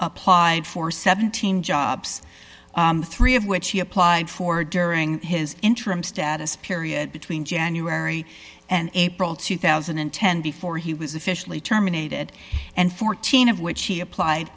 applied for seventeen jobs three of which he applied for during his interim status period between january and april two thousand and ten before he was officially terminated and fourteen of which he applied